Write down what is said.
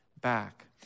back